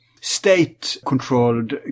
state-controlled